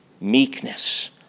meekness